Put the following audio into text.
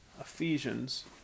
Ephesians